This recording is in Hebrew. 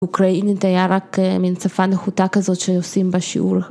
אוקראינית היה רק מן שפה נחותה כזאת שעושים בשיעור.